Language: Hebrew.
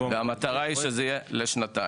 והמטרה היא שזה יהיה לשנתיים.